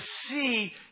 see